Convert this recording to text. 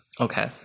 okay